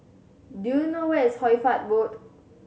do you know where is Hoy Fatt Road